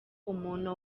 umuntu